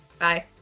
Bye